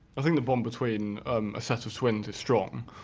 i think the bond between um a sort of twins is strong.